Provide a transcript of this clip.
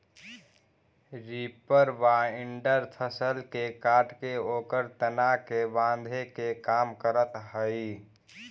reaper binder फसल के काटके ओकर तना के बाँधे के काम करऽ हई